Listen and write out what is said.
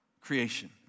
creation